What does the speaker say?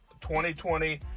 2020